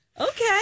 Okay